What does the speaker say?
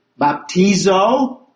baptizo